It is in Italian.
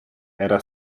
era